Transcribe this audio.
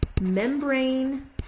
Membrane